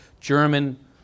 German